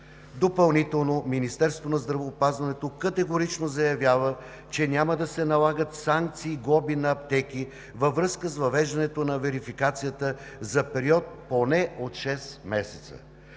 затруднения. Министерството на здравеопазването категорично заявява, че няма да се налагат санкции и глоби на аптеки във връзка с въвеждането на верификацията за период поне от 6 месеца.